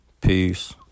Peace